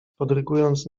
podrygując